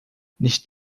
nicht